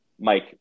Mike